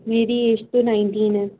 میری ایج تو نائنٹین ہے